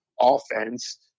offense